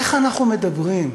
איך אנחנו מדברים.